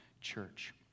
church